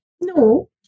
No